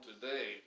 today